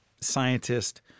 scientist